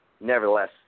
nevertheless